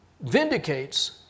vindicates